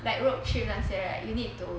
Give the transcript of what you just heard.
like road trip 那些 right you need to